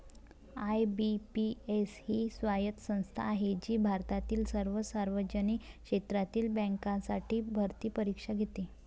IBPS ही स्वायत्त संस्था आहे जी भारतातील सर्व सार्वजनिक क्षेत्रातील बँकांसाठी भरती परीक्षा घेते